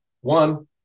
One